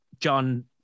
John